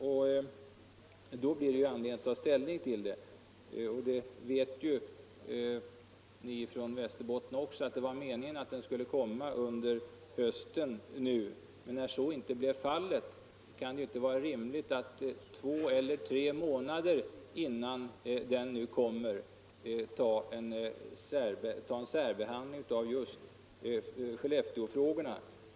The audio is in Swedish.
Då får vi alltså anledning att ta ställning till de frågorna. Ni från Västerbotten känner ju också till att det var meningen att propositionen skulle framläggas nu i höst, men när så inte blivit fallet kan det inte vara rimligt att två eller tre månader innan den läggs fram särbehandla just Skellefteåfrågorna.